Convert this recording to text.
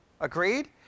Agreed